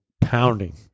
pounding